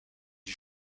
lui